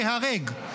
ייהרג.